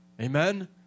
Amen